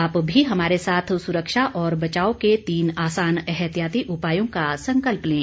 आप भी हमारे साथ सुरक्षा और बचाव के तीन आसान एहतियाती उपायों का संकल्प लें